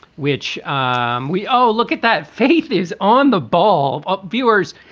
which um we. oh, look at that faith is on the ball up viewers.